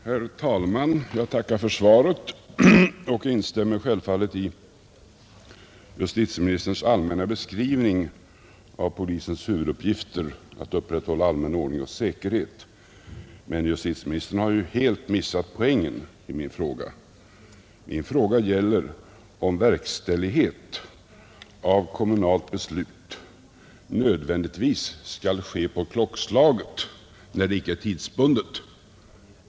Herr talman! Jag tackar för svaret och instämmer självfallet i justitieministerns allmänna beskrivning av polisens huvuduppgifter att upprätthålla allmän ordning och säkerhet. Men justitieministern har ju helt missat poängen i min fråga — om verkställighet av kommunalt beslut nödvändigtvis skall ske på klockslaget när det icke är tidsbundet.